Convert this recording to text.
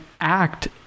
act